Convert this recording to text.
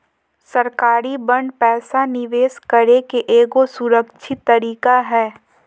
सरकारी बांड पैसा निवेश करे के एगो सुरक्षित तरीका हय